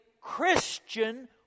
Christian